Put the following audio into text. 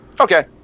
Okay